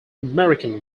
american